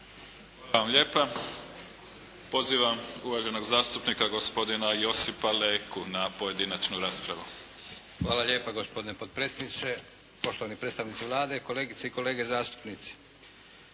Hvala vam lijepa. Pozivam uvaženog zastupnika, gospodina Josipa Leku, na pojedinačnu raspravu. **Leko, Josip (SDP)** Hvala lijepa gospodine potpredsjedniče, poštovani predstavnici Vlade, kolegice i kolege zastupnici.